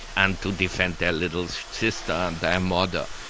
and to defend their little sister and their mother.